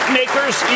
makers